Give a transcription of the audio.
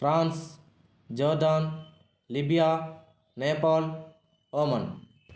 France Jordan Libya Nepal Oman